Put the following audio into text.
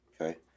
okay